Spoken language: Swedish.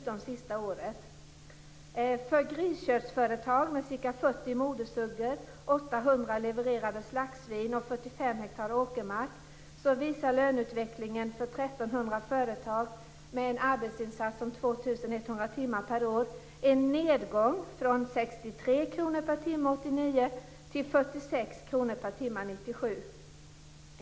För 1 300 grisköttsföretag med ca 40 modersuggor, 800 levererade slaktsvin och 45 ha åkermark samt med en arbetsinsats om 2 100 timmar per år uppvisar löneutvecklingen en nedgång från 63 kr per timme 1989 till 46 kr per timme 1997.